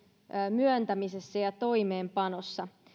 myöntämisessä ja toimeenpanossa